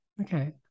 okay